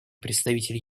представитель